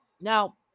Now